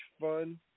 fun